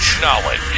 knowledge